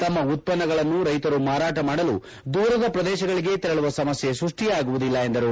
ತಮ್ಮ ಉತ್ಪನ್ನಗಳನ್ನು ರೈತರು ಮಾರಾಟ ಮಾಡಲು ದೂರದ ಪ್ರದೇಶಗಳಿಗೆ ತೆರಳುವ ಸಮಸ್ಯೆ ಸ್ಪಷ್ಟಿಯಾಗುವುದಿಲ್ಲ ಎಂದರು